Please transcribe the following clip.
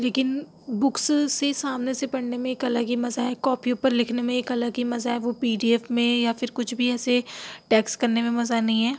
لیکن بکس سے سامنے سے پڑھنے میں ایک الگ ہی مزہ ہے کاپیوں پر لکھنے میں ایک الگ ہی مزہ ہے وہ پی ڈی ایف میں یا پھر کچھ بھی ایسے ٹیکس کرنے میں مزہ نہیں ہے